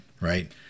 Right